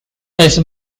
his